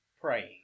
praying